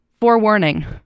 Forewarning